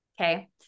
Okay